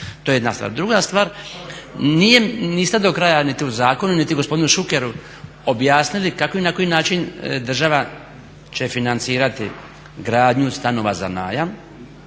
To je jedna stvar. Druga stvar, niste do kraja niti u zakonu niti gospodinu Šukeru objasnili kako i na koji način država će financirati gradnju stanova za najam